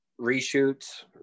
reshoots